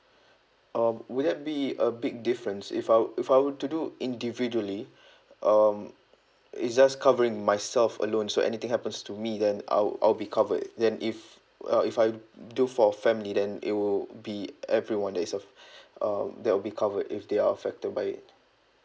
um would that be a big difference if I would if I were to do individually um it's just covering myself alone so anything happens to me then I'll I'll be covered then if uh if I do for family then it would be everyone that is a uh that will be covered if they are affected by it